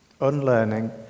Unlearning